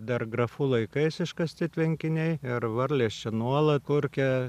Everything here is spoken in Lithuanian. dar grafų laikais iškasti tvenkiniai ir varlės čia nuolat kurkia